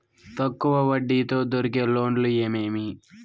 తక్కువ వడ్డీ తో దొరికే లోన్లు ఏమేమీ?